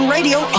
Radio